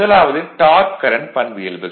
முதலாவது dark current பண்பியல்புகள்